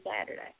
Saturday